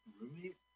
roommate